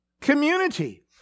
community